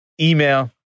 email